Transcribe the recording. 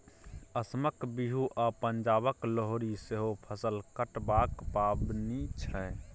असमक बिहू आ पंजाबक लोहरी सेहो फसल कटबाक पाबनि छै